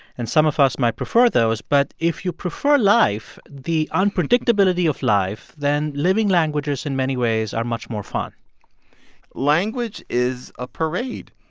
and some of us might prefer those, but if you prefer life the unpredictability of life then living language in many ways are much more fun language is a parade,